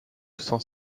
cent